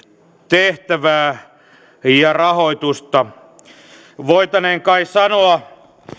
yhtiön tehtävää ja rahoitusta voitaneen kai sanoa